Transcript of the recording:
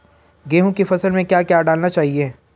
गेहूँ की फसल में क्या क्या डालना चाहिए?